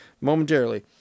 momentarily